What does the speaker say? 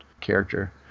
character